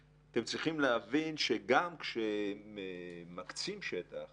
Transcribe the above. אתם צריכים להבין שגם כשמקצים שטח